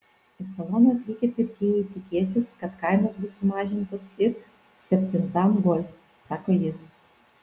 į saloną atvykę pirkėjai tikėsis kad kainos bus sumažintos ir septintam golf sako jis